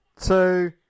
two